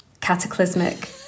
cataclysmic